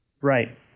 Right